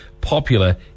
popular